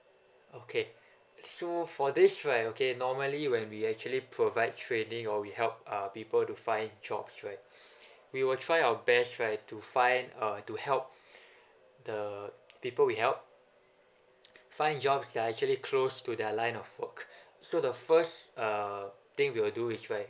okay so for this right okay normally when we actually provide training or we help um people to find jobs right we will try our best right to find uh to help the people we help find jobs that are actually close to their line of work so the first uh thing we will do is right